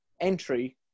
entry